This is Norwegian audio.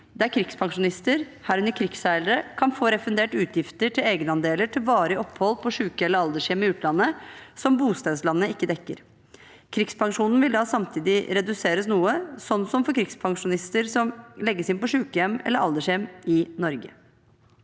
der krigspensjonister, herunder krigsseilere, kan få refundert utgifter til egenandeler til varig opphold på syke- eller aldershjem i utlandet som bostedslandet ikke dekker. Krigspensjonen vil da samtidig reduseres noe, slik som for krigspensjonister som legges inn på syke- eller aldershjem i Norge.